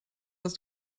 was